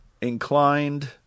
inclined